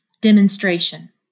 Demonstration